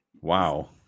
Wow